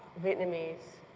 vietnamese,